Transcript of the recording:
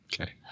Okay